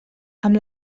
amb